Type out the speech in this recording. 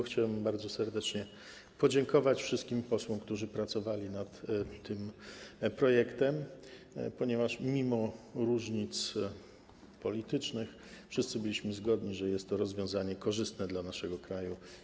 Chciałem bardzo serdecznie podziękować wszystkim posłom, którzy pracowali nad tym projektem, ponieważ mimo różnic politycznych wszyscy byliśmy zgodni, że jest to rozwiązanie korzystne dla naszego kraju.